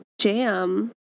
jam